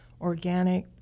organic